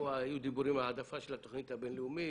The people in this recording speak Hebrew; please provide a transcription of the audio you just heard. היו דיבורים על העדפה של התוכנית הבינלאומית.